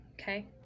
okay